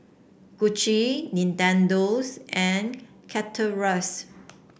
Gucci Nintendo's and Chateraise